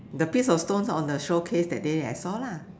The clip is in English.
the piece of stone on the showcase that day I saw